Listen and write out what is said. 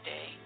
Day